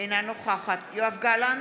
אינה נוכחת יואב גלנט,